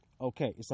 Okay